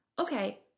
okay